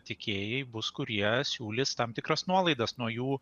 tiekėjai bus kurie siūlys tam tikras nuolaidas nuo jų